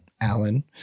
Alan